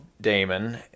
Damon